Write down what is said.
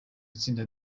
itsinda